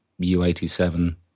U87